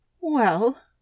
Well